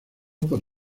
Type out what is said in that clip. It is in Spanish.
por